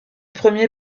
premier